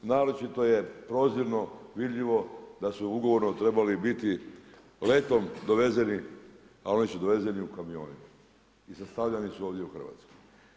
Naročito je prozirno vidljivo da su u ugovorno trebali biti letom dovezeni, a oni su dovezeni u kamionima i sastavljani su ovdje u Hrvatskoj.